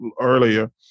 earlier